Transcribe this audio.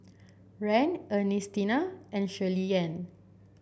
Rand Ernestina and Shirleyann